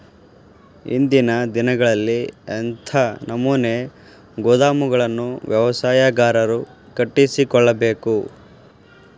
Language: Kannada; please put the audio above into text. ಇಂದಿನ ದಿನಗಳಲ್ಲಿ ಎಂಥ ನಮೂನೆ ಗೋದಾಮುಗಳನ್ನು ವ್ಯವಸಾಯಗಾರರು ಕಟ್ಟಿಸಿಕೊಳ್ಳಬೇಕು?